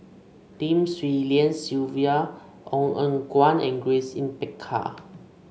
Lim Swee Lian Sylvia Ong Eng Guan and Grace Yin Peck Ha